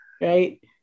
right